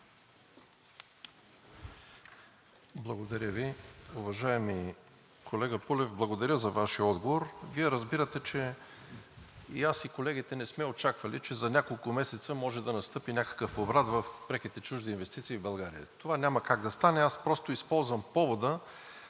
Благодаря Ви. Уважаеми колега Пулев, благодаря за Вашия отговор. Вие разбирате, че аз и колегите не сме очаквали, че за няколко месеца може да настъпи някакъв обрат в преките чужди инвестиции в България. Това няма как да стане. Аз просто използвам повода